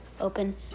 open